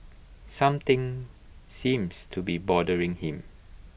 something seems to be bothering him